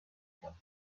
کنم